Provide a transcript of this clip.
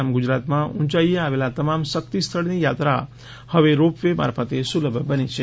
આમ ગુજરાતમાં ઊંચાઈએ આવેલા તમામ શક્તિ સ્થળની યાત્રા હવે રોપ વે મારફતે સુલભ બની છે